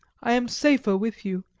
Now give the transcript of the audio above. i am safer with you,